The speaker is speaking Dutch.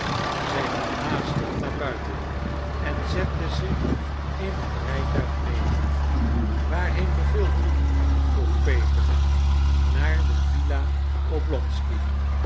zij ging haastig naar buiten en zette zich in het rijtuig neder waarheen beveelt u vroeg peter naar de villa oblonsky xxii